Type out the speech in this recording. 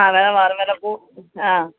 അങ്ങനെ മാറി മേലെ പോകും ആ